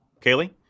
Kaylee